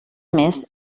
més